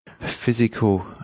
physical